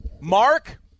Mark